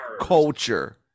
culture